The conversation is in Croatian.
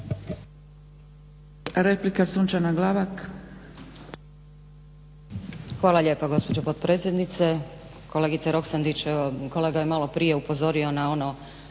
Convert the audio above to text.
Replika, Sunčana Glavak.